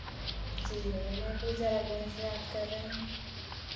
जी भैया मैं पूजा रघुवंशी बात कर रही हूँ